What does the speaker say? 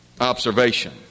observation